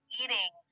eating